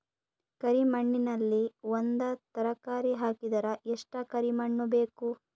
ಕರಿ ಮಣ್ಣಿನಲ್ಲಿ ಒಂದ ತರಕಾರಿ ಹಾಕಿದರ ಎಷ್ಟ ಕರಿ ಮಣ್ಣು ಬೇಕು?